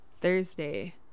Thursday